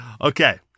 okay